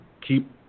keep